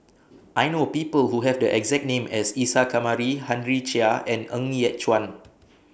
I know People Who Have The exact name as Isa Kamari Henry Chia and Ng Yat Chuan